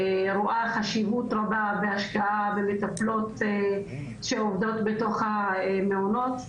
רואה חשיבות רבה בהשקעה במטפלות שעובדות בתוך המעונות.